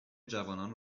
جوانان